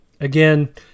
Again